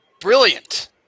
Brilliant